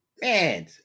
Man